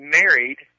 married